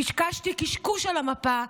קשקשתי קשקוש על המפה,